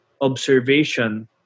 observation